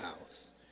House